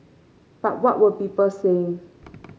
but what were people saying